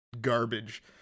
garbage